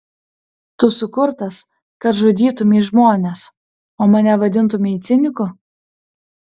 tu sukurtas kad žudytumei žmones o mane vadintumei ciniku